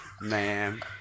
Man